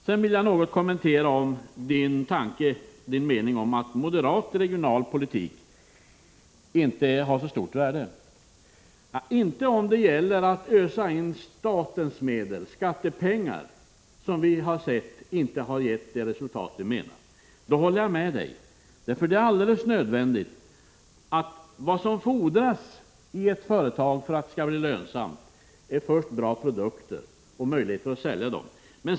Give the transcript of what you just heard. Vidare vill jag något kommentera Sten-Ove Sundströms mening att moderat regionalpolitik inte har så stort värde. Ja, det har den inte om det gäller att ösa in statens medel, skattepengar, som — enligt vad vi kunnat konstatera — inte gett de resultat som vi önskat. Då håller jag med Sten-Ove Sundström, för vad som fordras i ett företag för att det skall bli lönsamt är först och främst bra produkter och möjligheter att sälja dessa produkter.